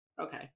Okay